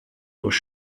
durch